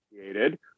created